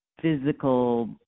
physical